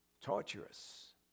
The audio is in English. Torturous